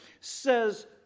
says